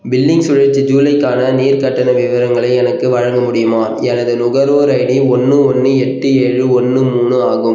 billing சுழற்சி ஜூலைக்கான நீர் கட்டண விவரங்களை எனக்கு வழங்க முடியுமா எனது நுகர்வோர் ஐடி ஒன்று ஒன்று எட்டு ஏழு ஒன்று மூணு ஆகும்